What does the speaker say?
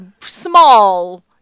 small